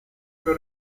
que